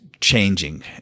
changing